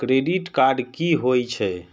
Credit card की होई छै?